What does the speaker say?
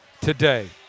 today